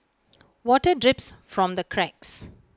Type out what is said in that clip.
water drips from the cracks